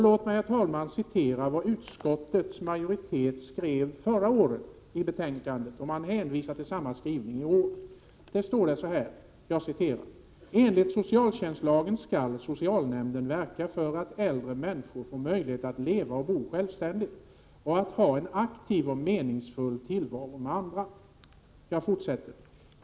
Låt mig, herr talman, återge vad utskottets majoritet skrev i betänkandet förra året — en skrivning som man hänvisar till i år. Utskottet anförde: Enligt socialtjänstlagen skall socialnämnden verka för att äldre människor får möjlighet att leva och bo självständigt och att ha en aktiv och meningsfull tillvaro med andra.